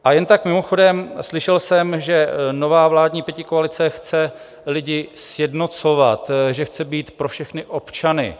A jen tak mimochodem, slyšel jsem, že nová vládní pětikoalice chce lidi sjednocovat, že chce být pro všechny občany.